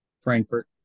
Frankfurt